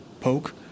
poke